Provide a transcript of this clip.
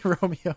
Romeo